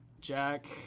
Jack